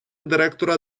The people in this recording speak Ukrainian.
директора